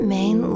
Main